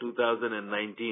2019